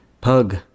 Pug